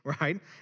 right